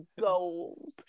gold